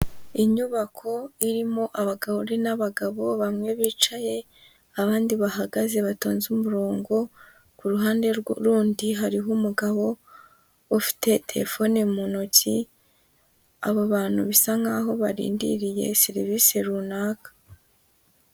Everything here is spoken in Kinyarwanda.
Inyubako irimo abagore n'abagabo, bamwe bicaye abandi bahagaze batonze umurongo, ku ruhande rundi hariho umugabo ufite telefone mu ntoki, abo bantu bisa nkaho barindiriye serivise runaka.